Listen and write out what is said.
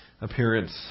appearance